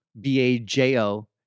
B-A-J-O